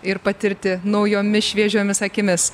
ir patirti naujomis šviežiomis akimis